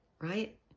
Right